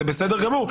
זה בסדר גמור.